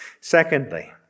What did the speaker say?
Secondly